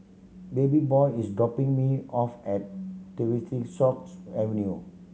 Babyboy is dropping me off at stock's Avenue